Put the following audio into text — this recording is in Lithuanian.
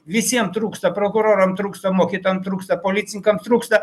visiem trūksta prokuroram trūksta mokytojam trūksta policininkam trūksta